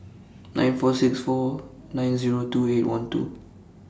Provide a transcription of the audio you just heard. nine four six four nine Zero two eight one two